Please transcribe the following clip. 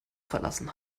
verlassen